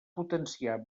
potenciar